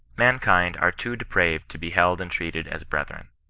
man kind are too depraved to be held and treated as bre thren.